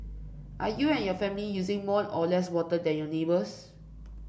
are you and your family using more or less water than your neighbours